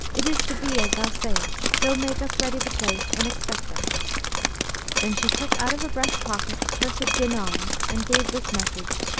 it is to be as thou sayest so make us ready the place and expect us then she took out of her breast-pocket a purse of dinars and gave this message,